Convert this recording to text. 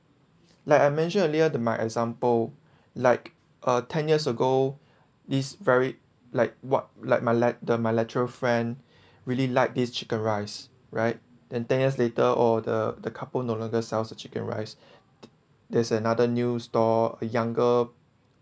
like I mentioned earlier the my example like uh ten years ago this very like what like my lad the bilateral friend really liked this chicken rice right then ten years later or the the couple no longer sells the chicken rice there is another new store younger